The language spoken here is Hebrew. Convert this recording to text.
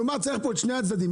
כלומר, צריך פה את שני הצדדים.